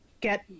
get